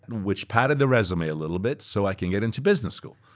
and which padded the resume a little bit so i can get into business school.